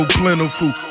plentiful